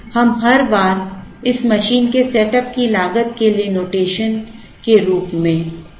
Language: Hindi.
हम हर बार इस मशीन के सेटअप की लागत के लिए नोटेशन के रूप में Cnaught को मानते हैं